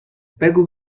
بگو